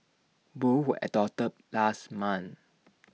both were adopted last month